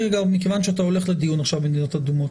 מכיוון שאתה הולך עכשיו לדיון על מדינות אדומות,